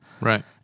Right